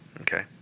okay